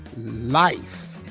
life